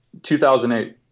2008